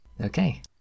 Okay